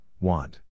want